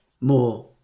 more